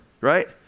right